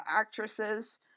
actresses